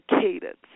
cadence